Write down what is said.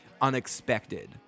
unexpected